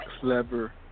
Clever